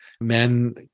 Men